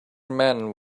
man